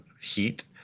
heat